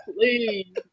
please